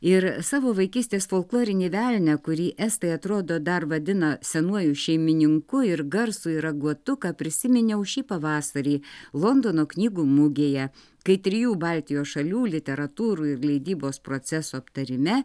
ir savo vaikystės folklorinį velnią kurį estai atrodo dar vadina senuoju šeimininku ir garsųjį raguotuką prisiminiau šį pavasarį londono knygų mugėje kai trijų baltijos šalių literatūrų ir leidybos procesų aptarime